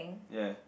ya